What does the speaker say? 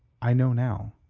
i know now,